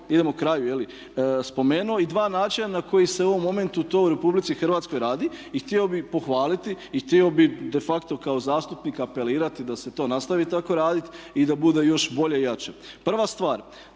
idemo kraju jel' spomenuo i dva načina na koja se u ovom momentu to u Republici Hrvatskoj radi i htio bih pohvaliti i htio bih de facto kao zastupnik apelirati da se to nastavi tako raditi i da bude još bolje i jače. Prva stvar,